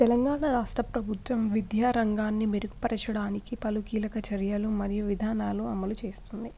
తెలంగాణ రాష్ట్ర ప్రభుత్వం విద్యా రంగాన్ని మెరుగుపరచడానికి పలుకీలక చర్యలు మరియు విధానాలు అమలు చేస్తుంది